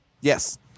yes